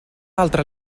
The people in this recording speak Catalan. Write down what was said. altra